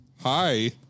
Hi